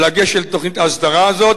לגשת לתוכנית ההסדרה הזאת,